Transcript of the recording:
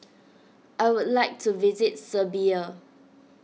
I would like to visit Serbia